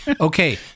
okay